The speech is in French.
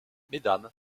mesdames